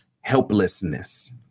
helplessness